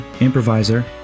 improviser